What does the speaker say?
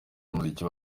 umuziki